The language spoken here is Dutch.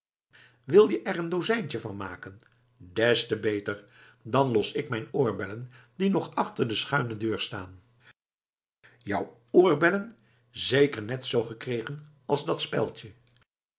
wil je er een dozijntje van maken des te beter dan los ik mijn oorbellen die nog achter de schuine deur staan jou oorbellen zeker net zoo gekregen als dat speldje